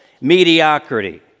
mediocrity